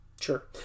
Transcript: Sure